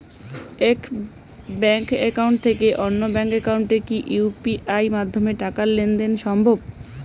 এক bank account থেকে অন্য ব্যাংক একাউন্টে কি ইউ.পি.আই মাধ্যমে টাকার লেনদেন দেন সম্ভব?